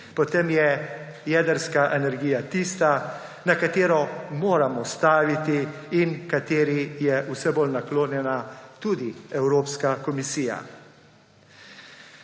potem je jedrska energija tista, na katero moramo staviti in kateri je vse bolj naklonjena tudi Evropska komisija.